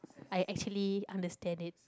I actually understand it